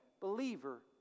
believer